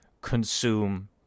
consume